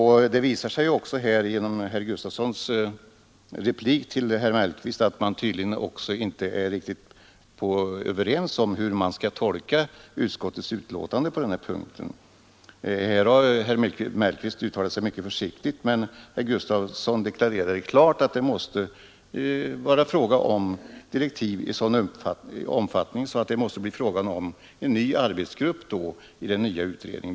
Herr Gustafsons i Göteborg replik till herr Mellqvist visar också tydligt att man inte är riktigt överens om hur utskottets betänkande skall tolkas på denna punkt. Herr Mellqvist har uttalat sig mycket försiktigt medan herr Gustafson klart har deklarerat att det måste vara fråga om direktiv i sådan omfattning att det blir tal om en ny arbetsgrupp i utredningen.